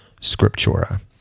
scriptura